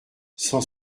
cent